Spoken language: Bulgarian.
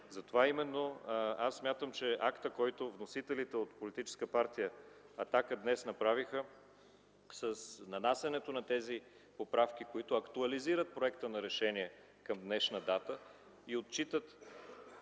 на границата. Смятам, че актът, който вносителите от Политическа партия „Атака” направиха днес с нанасянето на тези поправки, които актуализират проекта за решение към днешна дата и отчитат